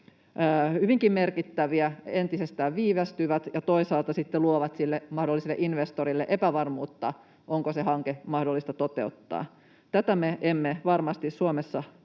hyvinkin merkittäviä, entisestään viivästyvät ja toisaalta sitten luovat sille mahdolliselle investorille epävarmuutta, että onko se hanke mahdollista toteuttaa. Tätä me emme varmasti Suomessa toivo, ja